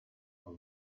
are